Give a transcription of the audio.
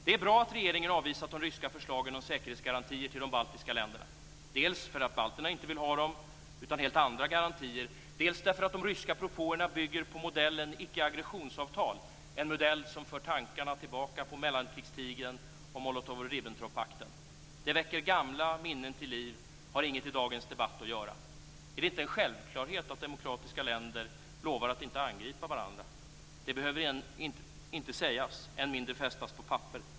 Det är bra att regeringen har avvisat de ryska förslagen om säkerhetsgarantier till de baltiska länderna, dels därför att balterna inte vill ha dem utan helt andra garantier, dels därför att de ryska propåerna bygger på modellen icke-aggressionsavtal, en modell som för tankarna tillbaka till mellankrigstiden och Molotov Ribbentrop-pakten. Det väcker gamla minnen till liv och har inget i dagens debatt att göra. Är det inte en självklarhet att demokratiska länder lovar att inte angripa varandra? Det behöver inte sägas, än mindre fästas på papper.